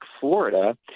Florida